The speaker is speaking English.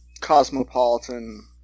cosmopolitan